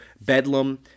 Bedlam